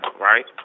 right